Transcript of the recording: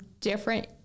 different